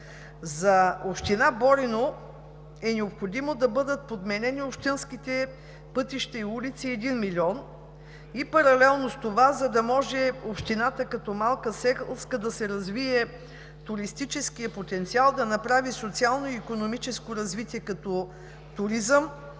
За община Борино са необходими 1 млн. лв., за да бъдат подменени общинските пътища и улици и паралелно с това, за да може общината като малка селска да си развие туристическия потенциал и да направи социално-икономическо развитие като туризъм